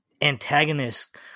antagonist